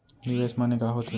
निवेश माने का होथे?